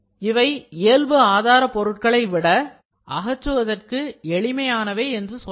இவை இயல்பு ஆதார பொருட்களைவிட அகற்றுவதற்கு எளிமையானவை என்று சொல்லலாம்